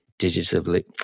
digitally